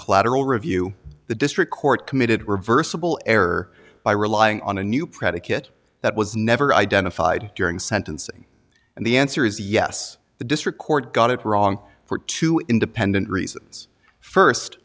collateral review the district court committed reversible error by relying on a new predicate that was never identified during sentencing and the answer is yes the district court got it wrong for two independent reasons first